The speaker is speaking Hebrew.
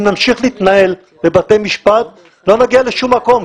אם נמשיך להתנהל בבתי משפט, לא נגיע לשום מקום.